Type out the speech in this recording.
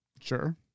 Sure